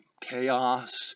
chaos